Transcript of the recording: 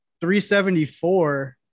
374